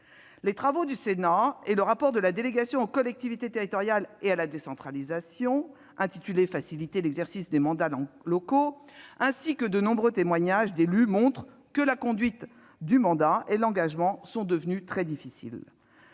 Les travaux du Sénat et le rapport de la délégation sénatoriale aux collectivités territoriales et à la décentralisation, intitulé, ainsi que de nombreux témoignages d'élus montrent que la conduite du mandat et l'engagement sont devenus très difficiles.